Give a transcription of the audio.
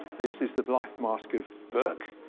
this is the life mask of burke.